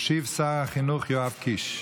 ישיב שר החינוך יואב קיש.